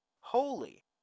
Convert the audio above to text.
holy